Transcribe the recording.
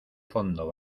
fondo